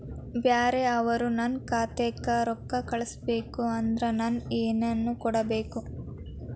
ಬ್ಯಾರೆ ಅವರು ನನ್ನ ಖಾತಾಕ್ಕ ರೊಕ್ಕಾ ಕಳಿಸಬೇಕು ಅಂದ್ರ ನನ್ನ ಏನೇನು ಕೊಡಬೇಕು?